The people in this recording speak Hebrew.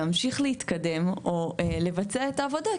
להמשיך להתקדם או לבצע את העבודה,